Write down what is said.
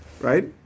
right